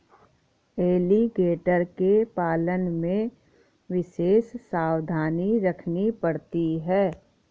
alligator के पालन में विशेष सावधानी रखनी पड़ती है